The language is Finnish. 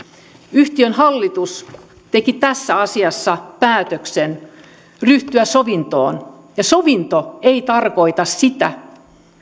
yhtiön hallitus teki tässä asiassa päätöksen ryhtyä sovintoon ja sovinto ei tarkoita sitä